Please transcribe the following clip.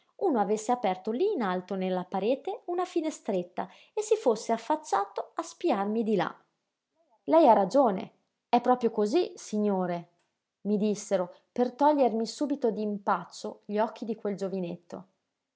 uno avesse aperto lí in alto nella parete una finestretta e si fosse affacciato a spiarmi di là lei ha ragione è proprio cosí signore mi dissero per togliermi subito d'impaccio gli occhi di quel giovinetto